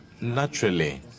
naturally